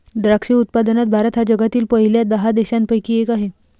द्राक्ष उत्पादनात भारत हा जगातील पहिल्या दहा देशांपैकी एक आहे